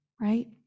right